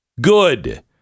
Good